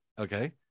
okay